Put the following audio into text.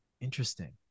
Interesting